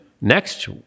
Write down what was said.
next